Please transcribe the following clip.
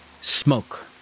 smoke